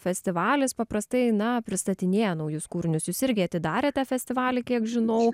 festivalis paprastai na pristatinėja naujus kūrinius jūs irgi atidarėte festivalį kiek žinau